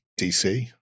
DC